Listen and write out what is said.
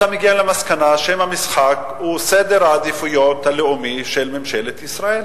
מגיע למסקנה ששם המשחק הוא סדר העדיפויות הלאומי של ממשלת ישראל.